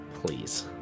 Please